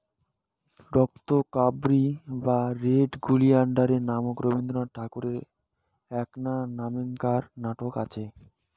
রক্তকরবী বা red oleander নামক রবীন্দ্রনাথ ঠাকুরের এ্যাকনা নামেক্কার নাটক আচে